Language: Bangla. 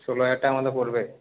ষোলো হাজার টাকার মতো পড়বে